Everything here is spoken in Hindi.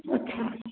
अच्छा